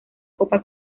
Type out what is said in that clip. copa